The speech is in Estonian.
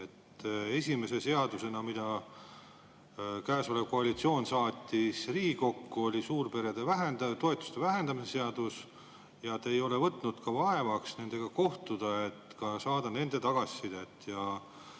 Esimene seadus, mida käesolev koalitsioon saatis Riigikokku, oli suurperede toetuste vähendamise seadus, ja te ei ole võtnud vaevaks nendega kohtuda, et saada nende tagasisidet.